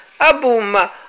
Abuma